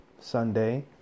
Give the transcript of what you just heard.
Sunday